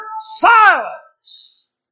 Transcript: silence